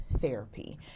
therapy